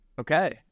Okay